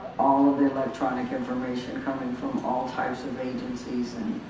all of the electronic information coming from all types of agencies and